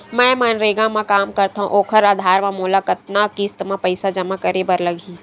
मैं मनरेगा म काम करथव, ओखर आधार म मोला कतना किस्त म पईसा जमा करे बर लगही?